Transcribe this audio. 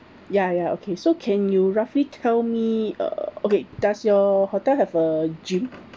ya ya okay so can you roughly tell me uh okay does your hotel have a gym